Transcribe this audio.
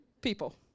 people